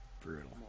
Brutal